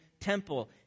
temple